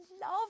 love